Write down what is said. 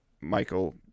Michael